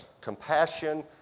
compassion